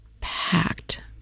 packed